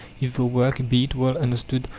if the work, be it well understood,